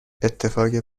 اتفاق